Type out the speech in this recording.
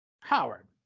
Howard